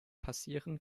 passieren